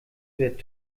wird